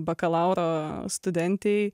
bakalauro studentei